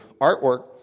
artwork